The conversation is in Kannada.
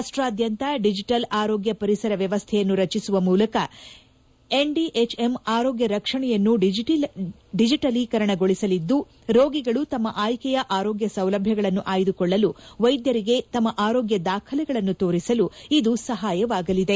ರಾಷ್ಟ್ರಾದ್ಯಂತ ದಿಜಿಟಲ್ ಆರೋಗ್ಯ ಪರಿಸರ ವ್ಯವಸ್ಠೆಯನ್ನು ರಚಿಸುವ ಮೂಲಕ ಎನ್ಡಿಎಚ್ಎಂ ಆರೋಗ್ಯ ರಕ್ಷಣೆಯನ್ನು ಡಿಜಿಟಲೀಕರಣಗೊಳಿಸಲಿದ್ದು ರೋಗಿಗಳು ತಮ್ಮ ಆಯ್ಕೆಯ ಆರೋಗ್ಯ ಸೌಲಭ್ಯಗಳನ್ನು ಆಯ್ದುಕೊಳ್ಳಲು ವೈದ್ಯರಿಗೆ ತಮ್ಮ ಆರೋಗ್ಯ ದಾಖಲೆಗಳನ್ನು ತೋರಿಸಲು ಇದು ಸಹಾಯವಾಗಲಿದೆ